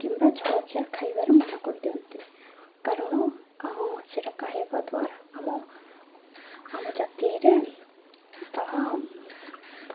କିମ୍ବା ଜଳଖିଆ ଖାଇବାରେ ମନା କରିଦିଅନ୍ତି କାରଣ ସେଟା ଆକା ହବା ଦ୍ୱାରା ଆମ ଆମ ଜାତିରେ ତାହା